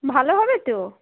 ভালো হবে তো